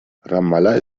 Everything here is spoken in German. ramallah